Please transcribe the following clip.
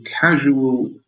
casual